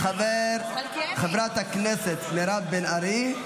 חברת הכנסת מירב בן ארי.